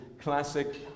classic